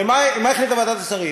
מה החליטה ועדת השרים?